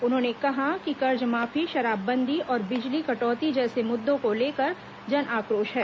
उन्होंने कहा कि कर्जमाफी शराबबंदी और बिजली कटौती जैसे मुद्दों को लेकर जन आक्रोश है